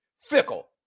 Fickle